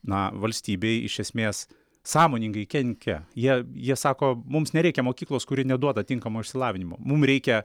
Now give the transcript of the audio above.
na valstybei iš esmės sąmoningai kenkia jie jie sako mums nereikia mokyklos kuri neduoda tinkamo išsilavinimo mum reikia